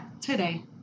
today